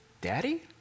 daddy